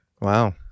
Wow